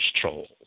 trolls